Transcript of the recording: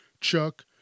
Chuck